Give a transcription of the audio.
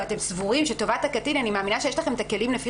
ואתם סבורים שטובת הקטין אני מאמינה שיש לכם את הכלים לפי